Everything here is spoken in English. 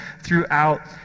throughout